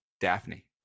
Daphne